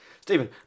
Stephen